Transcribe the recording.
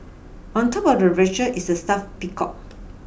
on top of the refrigerator is a stuffed peacock